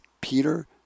Peter